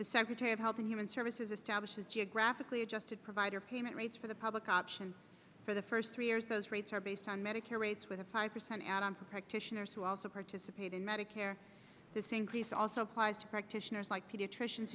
the secretary of health and human services establishes geographically adjusted provider payment rates for the public option for the first three years those rates are based on medicare rates with a five percent add on for practitioners who also participate in medicare this increase also kweisi practitioners like pediatricians